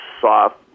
soft